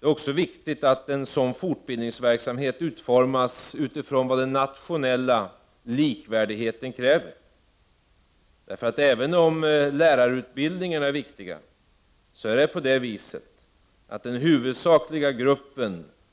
Det är också viktigt att en sådan fortbildningsverksamhet utformas utifrån vad den nationella likvärdigheten kräver. Även om lärarutbildningen är viktig är det på det viset att den grupp